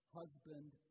husband